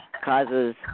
causes